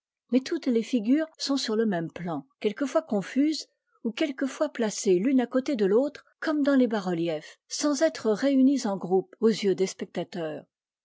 mais toutes les figures sont sur le même plan quelquefois confuses ou quelquefois placées l'une à côté de l'autre comme dans les bas-reliefs sans être réunies en groupes aux yeux des spectateurs